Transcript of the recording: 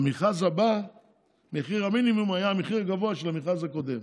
ובמכרז הבא מחיר המינימום היה המחיר הגבוה של המכרז הקודם,